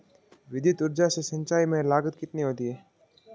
विद्युत ऊर्जा से सिंचाई में लागत कितनी होती है?